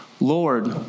Lord